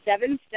seven